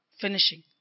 finishing